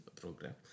program